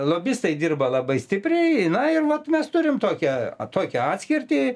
lobistai dirba labai stipriai na ir vat mes turim tokią atokią atskirtį